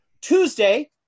Tuesday